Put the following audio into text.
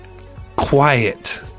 Quiet